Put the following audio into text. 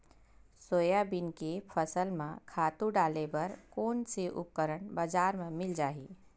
Soybean के फसल म खातु डाले बर कोन से उपकरण बजार म मिल जाहि?